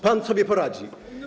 Pan sobie poradzi.